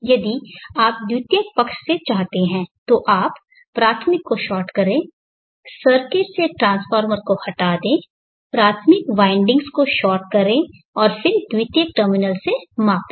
यदि आप द्वितीयक पक्ष से चाहते हैं तो आप प्राथमिक को शॉर्ट करें सर्किट से ट्रांसफार्मर को हटा दें प्राथमिक वाइंडिंग्स को शॉर्ट करें और फिर द्वितीयक टर्मिनल्स से मापें